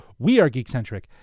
wearegeekcentric